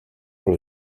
pour